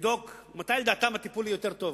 לבדוק מתי לדעתם הטיפול יותר טוב,